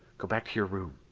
go back to your room.